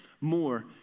more